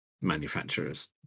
manufacturers